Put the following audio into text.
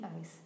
eyes